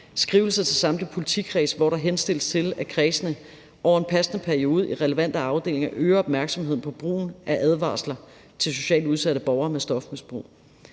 beskrivelser til samtlige politikredse, hvor der henstilles til, at kredsene over en passende periode i relevante afdelinger øger opmærksomheden på brugen af advarsler til socialt udsatte borgere med stofmisbrug,